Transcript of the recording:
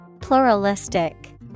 Pluralistic